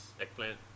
Eggplant